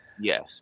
yes